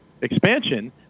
expansion